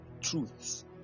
truths